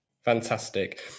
Fantastic